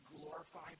glorified